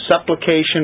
supplication